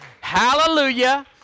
Hallelujah